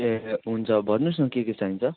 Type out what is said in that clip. ए हुन्छ भन्नुहोस् न के के चाहिन्छ